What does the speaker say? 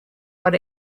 what